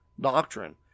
doctrine